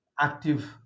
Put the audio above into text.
active